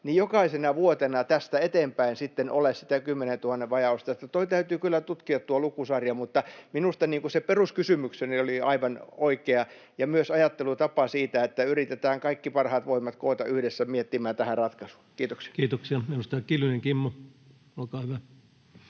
000, jokaisena vuotena tästä eteenpäin sitten ole sitä 10 000:n vajausta. Että tuo lukusarja täytyy kyllä tutkia, mutta minusta se peruskysymykseni oli aivan oikea ja myös ajattelutapa siitä, että yritetään kaikki parhaat voimat koota yhdessä miettimään tähän ratkaisua. — Kiitoksia. [Speech 183] Speaker: